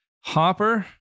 Hopper